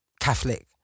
Catholic